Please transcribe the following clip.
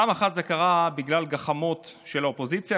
פעם אחת זה קרה בגלל גחמות של האופוזיציה,